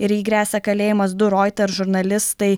ir jai gresia kalėjimas du router žurnalistai